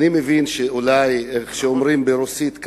כמו שאומרים ברוסית: